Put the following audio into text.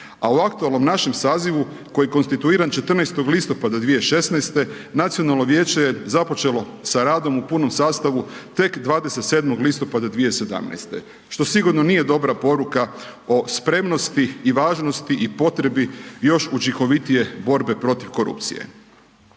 a o aktualnom našem sazivu koji je konstituiran 14. listopada 2016., Nacionalno vijeće je započelo sa radom u punom sastavu tek 27. listopada 2017. što sigurno nije dobra poruka o spremnosti i važnosti i potrebi još učinkovitije borbe protiv korupcije.